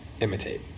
imitate